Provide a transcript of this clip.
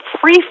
free